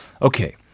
Okay